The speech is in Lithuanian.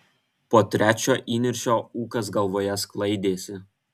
po trečio įniršio ūkas galvoje sklaidėsi